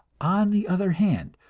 on the other hand,